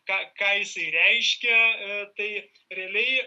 ką ką jisai reiškia tai realiai